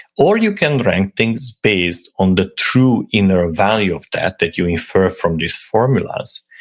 or you can rank things based on the true inner value of that, that you infer from these formulas,